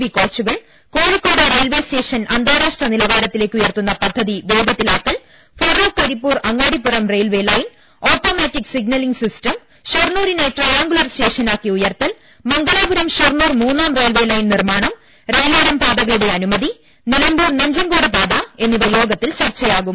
B കോച്ചുകൾ Kozhikode railway station അന്താരാഷ്ട നിലവാരത്തിലേക്കുയർത്തുന്ന പദ്ധതി വേഗത്തിലാക്കൽ Feroke Karipur Angadipuram railway line automatic signalling സിസ്റ്റംഷൊർണ്ണൂരിനെ ട്രയാങ്കുലാർ സ്റ്റേഷനാക്കി ഉയർത്തൽ മംഗലാപുരം ഷോർണ്ണൂർ മൂന്നാം റെയിൽവേ ലൈൻ നിർമ്മാണം റെയിലോരം പാതകളുടെ അനുമതി നിലമ്പൂർ നഞ്ചങ്കോട് പാത എന്നിവ യോഗത്തിൽ ചർച്ചയായേക്കും